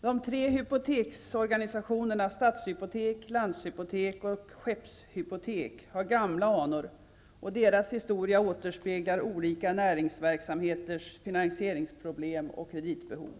De tre hypoteksorganisationerna Stadshypotek, Landshypotek och Skeppshypotek har gamla anor och deras historia återspeglar olika näringsverksamheters finansieringsproblem och kreditbehov.